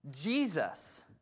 Jesus